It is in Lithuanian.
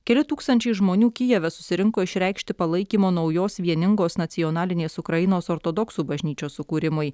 keli tūkstančiai žmonių kijeve susirinko išreikšti palaikymo naujos vieningos nacionalinės ukrainos ortodoksų bažnyčios sukūrimui